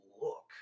look